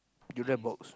give them box